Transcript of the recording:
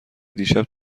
دیشب